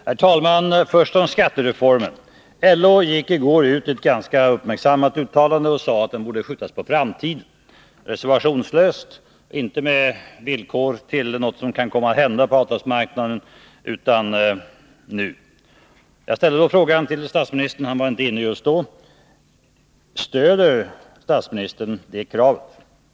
Herr talman! Först till skattereformen. LO gick i går i ett ganska uppmärksammat uttalande ut och sade att den borde skjutas på framtiden, och man uttalade det reservationslöst, utan villkor av någonting som kan komma att hända på avtalsmarknaden. Jag ställde därför frågan till statsministern — han var inte inne just då: Stöder statsministern det kravet?